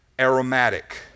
aromatic